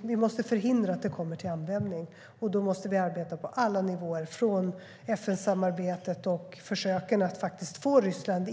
Vi måste förhindra att de kommer till användning, och då måste vi arbeta på alla nivåer, från FN-samarbetet och försöken att få in Ryssland